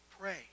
pray